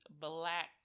Black